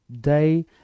day